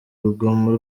rugomo